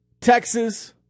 Texas